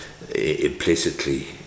implicitly